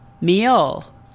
meal